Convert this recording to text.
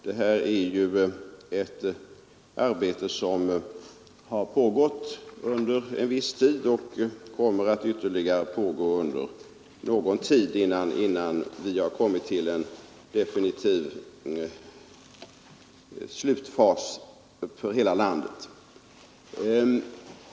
Detta är ett arbete som pågått under viss tid, och det kommer ytterligare att pågå under någon tid innan vi kommit till en definitiv slutfas för hela landet.